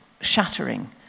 shattering